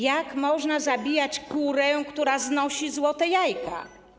Jak można zabijać kurę, która znosi złote jajka?